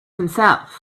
himself